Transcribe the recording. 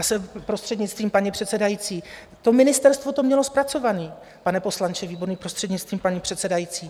Já jsem prostřednictvím paní předsedající, to ministerstvo to mělo zpracované, pane poslanče Výborný, prostřednictvím paní předsedající.